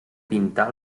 pintar